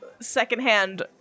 secondhand